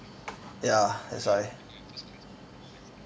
ya that's why